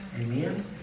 Amen